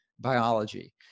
biology